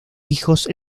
hijos